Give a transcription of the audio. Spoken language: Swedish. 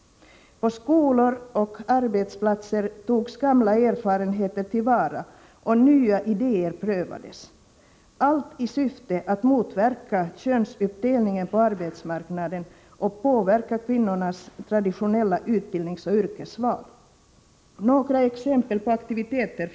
På skolor och arbetsplatser togs gamla erfarenheter till vara och nya idéer prövades, allt i syfte att motverka könsuppdelningen på arbetsmarknaden och påverka flickornas traditionella utbildningsoch yrkesval.